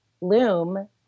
loom